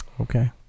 okay